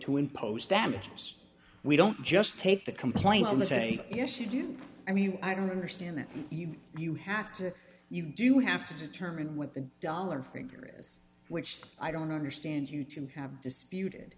to impose damages we don't just take the complaint to say yes you do i mean i don't understand that you you have to you do have to determine what the dollar figure is which i don't understand you to have disputed